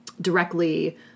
directly